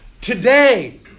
Today